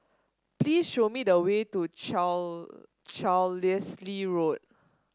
please show me the way to Carlisle Road